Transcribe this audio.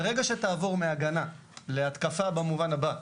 ברגע שתעבור מהגנה להתקפה במובן הבא,